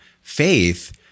faith